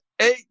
eight